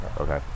okay